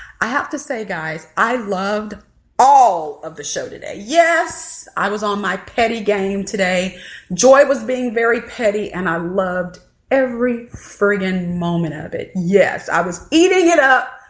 i have to say guys. i loved all of the show today yes i was on my petty game today joy was being very petty and i loved every friggin moment of it. yes. i was eating it up